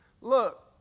Look